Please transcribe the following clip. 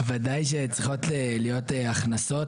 ודאי שצריכות להיות הכנסות,